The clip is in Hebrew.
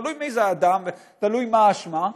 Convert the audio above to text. תלוי מי האדם ותלוי מה ההאשמה,